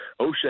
OSHA